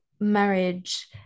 marriage